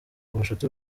ubucuti